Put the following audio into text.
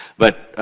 but,